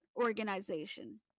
organization